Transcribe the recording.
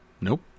Nope